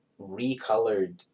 recolored